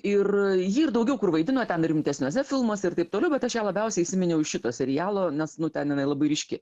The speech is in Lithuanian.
ir ji ir daugiau kur vaidino ten rimtesniuose filmuose ir taip toliau bet aš ją labiausiai įsiminiau iš šito serialo nes nu ten jinai labai ryški